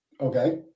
Okay